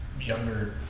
younger